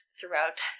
throughout